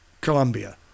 Colombia